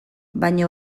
baina